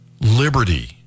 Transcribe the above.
Liberty